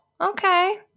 okay